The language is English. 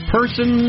Person